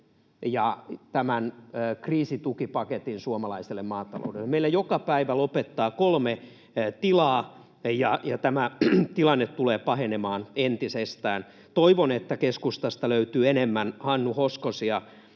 ja tämän kriisitukipaketin suomalaiselle maataloudelle. Meillä joka päivä lopettaa kolme tilaa, ja tämä tilanne tulee pahenemaan entisestään. Toivon, että keskustasta löytyy enemmän hannuhoskosia